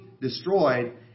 destroyed